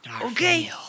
Okay